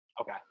Okay